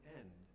end